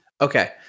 Okay